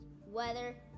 weather